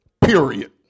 period